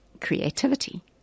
creativity